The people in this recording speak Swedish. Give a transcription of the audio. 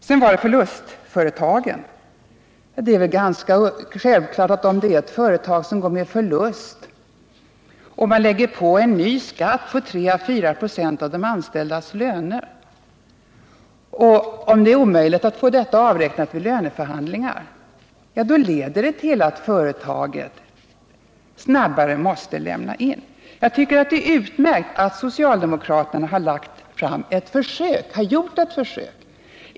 Sedan var det förlustföretagen. Om ett företag går med förlust och man lägger på en ny skatt på 3 å 4 96 av de anställdas löner — och om det är omöjligt att få denna avräknad i löneförhandlingar — är det väl ganska självklart att detta leder till att företaget snabbare än annars måste lämna in. Det är utmärkt att socialdemokraterna har gjort ett försök att hitta ett nytt skattesystem.